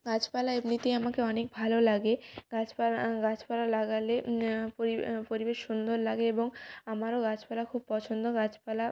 গাছপালা এমনিতেই আমাকে অনেক ভালো লাগে গাছপালা গাছপালা লাগালে পরি পরিবেশ সুন্দর লাগে এবং আমরাও গাছপালা খুব পছন্দ গাছপালা